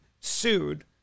sued